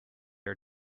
are